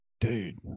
dude